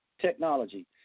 technology